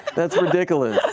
that's ridickolas.